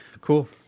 Cool